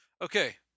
Okay